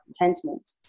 contentment